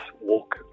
walk